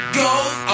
goes